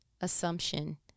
assumption